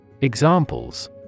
Examples